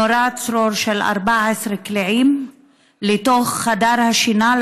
נורה צרור של 14 קליעים לתוך חדר השינה,